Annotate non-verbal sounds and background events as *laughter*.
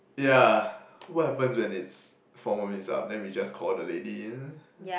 yeah what happens when it's four minutes up then we just call the lady in *breath*